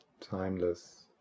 timeless